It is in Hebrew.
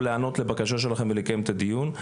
להיענות לבקשות שלכם ולקיים את הדיון.